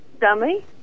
dummy